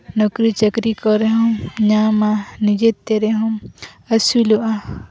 ᱱᱚᱠᱨᱤ ᱪᱟᱹᱠᱨᱤ ᱠᱚᱨᱮ ᱦᱚᱸᱢ ᱧᱟᱢᱟ ᱱᱤᱡᱮᱛᱮ ᱨᱮᱦᱚᱸᱢ ᱟᱹᱥᱩᱞᱚᱜᱼᱟ